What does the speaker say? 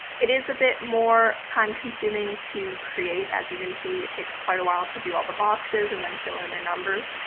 it is a bit more time consuming to create. as you can see, it takes quite a while to do all the boxes and then fill in the numbers,